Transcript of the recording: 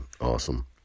Awesome